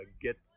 get